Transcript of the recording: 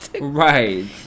Right